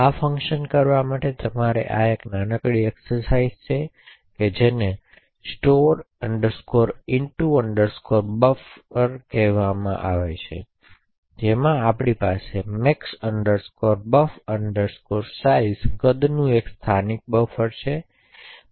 આ ફંકશન કરવા માટે તમારા માટે આ એક નાનકડી એક્સરસાઇજ છે જેને store into buffer કહેવામાં આવે છે જેમાં આપણી પાસે max buf size કદનું સ્થાનિક બફર છે